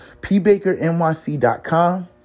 PBakerNYC.com